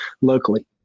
locally